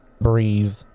breathe